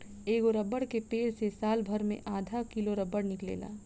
एगो रबर के पेड़ से सालभर मे आधा किलो रबर निकलेला